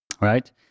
Right